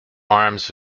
arms